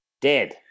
Dead